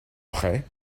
prêt